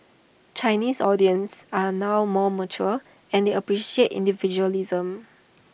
Chinese audience are now more mature and they appreciate individualism